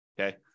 Okay